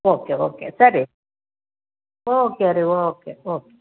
okay okay ಸರಿ okay ರೀ okay okay